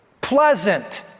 Pleasant